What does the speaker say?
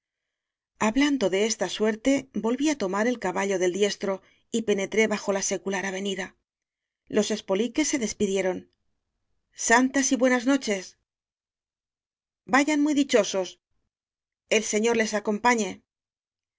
hablando de esta suerte volví á tomar el caballo del diestro y penetré bajo la secular avenida les espoliques se despidieron santas y buenas noches vayan muy dichosos el señor les acompañe